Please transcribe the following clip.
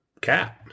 cat